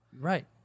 Right